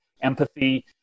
empathy